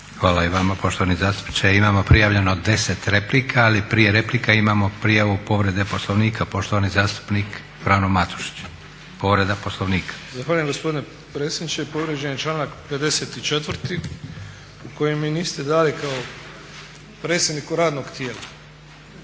Hvala i vama poštovani zastupniče. Imamo prijavljeno 10 replika ali prije replika imamo prijavu povrede Poslovnika. Poštovani zastupnik Frano Matušić. **Matušić, Frano (HDZ)** Zahvaljujem gospodine predsjedniče. Povrijeđen je članak 54. kojim mi niste dali kao predsjedniku radnog tijela,